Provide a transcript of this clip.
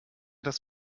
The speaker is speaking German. dass